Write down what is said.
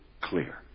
clear